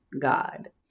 God